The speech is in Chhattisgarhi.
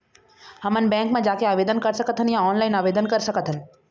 हमन बैंक मा जाके आवेदन कर सकथन या ऑनलाइन आवेदन कर सकथन?